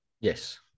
Yes